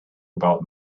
about